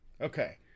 Okay